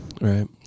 right